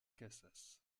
casas